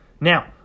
Now